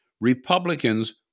Republicans